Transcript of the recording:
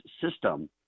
system